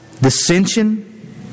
dissension